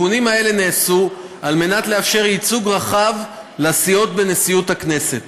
התיקונים האלה נעשו כדי לאפשר ייצוג רחב לסיעות בנשיאות הכנסת